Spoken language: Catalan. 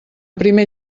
primer